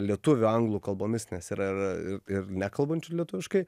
lietuvių anglų kalbomis nes yra ir nekalbančių lietuviškai